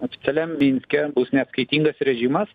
oficialiam minske bus neatskaitingas režimas